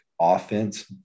offense